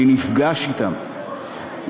שאני נפגש אתם,